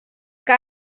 que